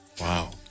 Wow